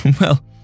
Well